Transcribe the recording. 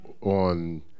on